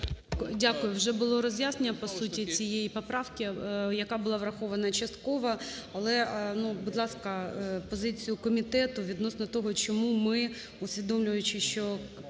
Дякую. Вже було роз'яснення по суті цієї поправки, яка була врахована частково. Але, будь ласка, позицію комітету відносно того, чому ми, усвідомлюючи, що